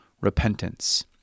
repentance